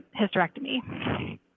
hysterectomy